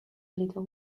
little